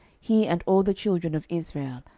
he and all the children of israel,